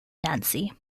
nancy